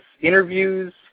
interviews